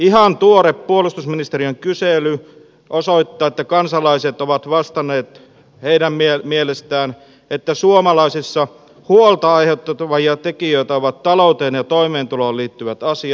ihan tuore puolustusministeriön kysely osoittaa että kansalaiset ovat vastanneet että suomalaisissa huolta aiheuttavia tekijöitä ovat heidän mielestään talouteen ja toimeentuloon liittyvät asiat